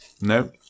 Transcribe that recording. No